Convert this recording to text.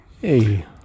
hey